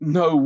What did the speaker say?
no